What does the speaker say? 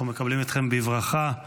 אנחנו מקבלים אתכם בברכה.